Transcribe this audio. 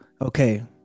okay